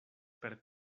per